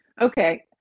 Okay